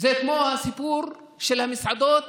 זה כמו הסיפור של המסעדות